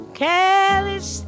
careless